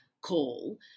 call